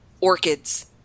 orchids